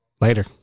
later